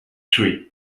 three